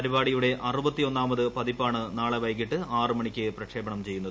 പരിപാടിയുടെ അറുപത്തി ഒന്നാമത് പതിപ്പാണ് നാളെ വൈകിട്ട് ആറുമണിക്ക് പ്രക്ഷേപണം ചെയ്യുന്നത്